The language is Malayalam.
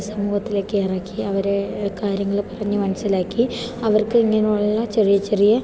സമൂഹത്തിലേക്ക് ഇറക്കി അവരെ കാര്യങ്ങൾ പറഞ്ഞ് മനസ്സിലാക്കി അവർക്ക് ഇങ്ങനെയുള്ള ചെറിയ ചെറിയ